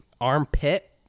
armpit